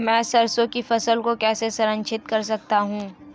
मैं सरसों की फसल को कैसे संरक्षित कर सकता हूँ?